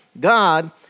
God